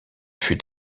fut